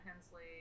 Hensley